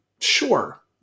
Sure